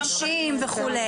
אנשים וכו',